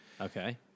Okay